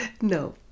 No